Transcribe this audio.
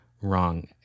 wrong